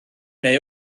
neu